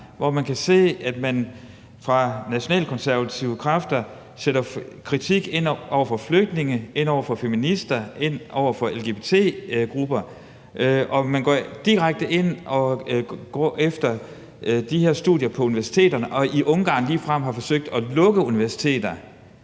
hvor man kan se, at nationalkonservative kræfter sætter ind med kritik over for flygtninge, over for feminister, over for lgbt-grupper. Man går direkte ind og går efter de her studier på universiteterne, og i Ungarn har man ligefrem forsøgt at lukke universiteter.